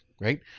right